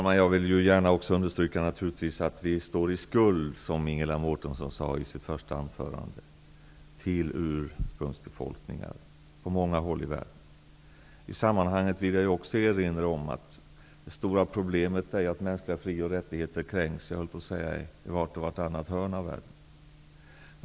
Herr talman! Också jag vill gärna understryka att vi, vilket Ingela Mårtensson sade i sitt första anförande, står i skuld till ursprungsbefolkningar på många håll i världen. I detta sammanhang vill jag också erinra om att det stora problemet är att mänskliga fri och rättigheter kränks i nästan vart och vartannat hörn av världen.